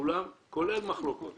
הכספים שלאחר אישור הקבינט יוקפאו.